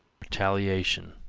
retaliation,